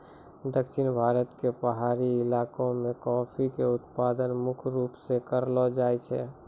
दक्षिण भारत के पहाड़ी इलाका मॅ कॉफी के उत्पादन मुख्य रूप स करलो जाय छै